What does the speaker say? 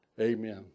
Amen